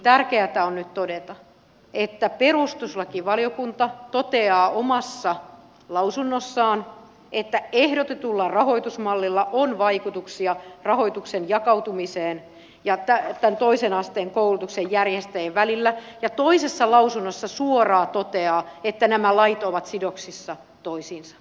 tärkeätä on nyt todeta että perustuslakivaliokunta toteaa omassa lausunnossaan että ehdotetulla rahoitusmallilla on vaikutuksia rahoituksen jakautumiseen toisen asteen koulutuksen järjestäjien välillä ja toisessa lausunnossa suoraan toteaa että nämä lait ovat sidoksissa toisiinsa